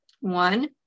one